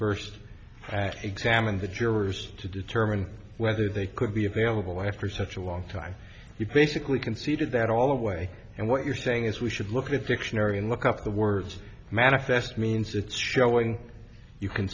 first examined the jurors to determine whether they could be available after such a long time you basically conceded that all the way and what you're saying is we should look at dictionary and look up the words manifest means it's showing you can